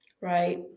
Right